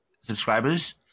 subscribers